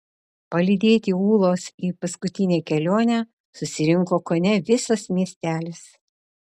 palydėti ūlos į paskutinę kelionę susirinko kone visas miestelis